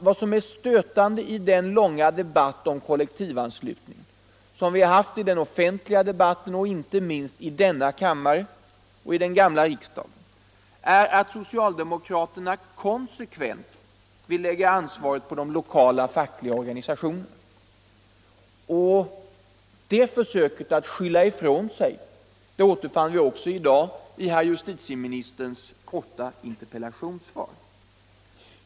Vad som är stötande i den långa offentliga debatt om kollektivanslutning som vi har haft — inte minst i riksdagen — är att socialdemokraterna konsekvent vill lägga ansvaret på de lokala fackliga organisationerna. Det försöket att skylla ifrån sig återfann jag också i dag i herr justitieministerns korta interpellationssvar.